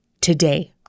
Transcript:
today